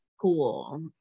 cool